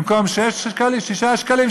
במקום שישה שקלים,